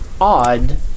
odd